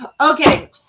Okay